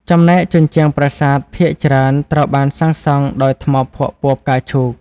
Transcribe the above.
ចំណែកជញ្ជាំងប្រាសាទភាគច្រើនត្រូវបានសាងសង់ដោយថ្មភក់ពណ៌ផ្កាឈូក។